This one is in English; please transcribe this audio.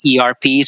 ERPs